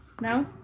No